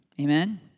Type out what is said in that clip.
Amen